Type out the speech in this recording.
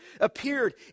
appeared